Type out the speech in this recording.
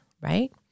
right